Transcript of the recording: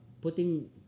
putting